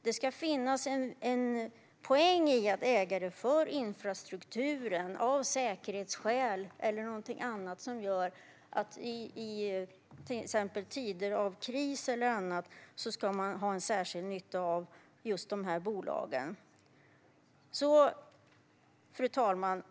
Det ska finnas en poäng i att äga det för infrastrukturen, av säkerhetsskäl eller något annat som gör att vi i till exempel tider av kris ska ha särskild nytta av dessa bolag. Fru talman!